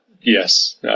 Yes